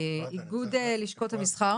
איגוד לשכות המסחר.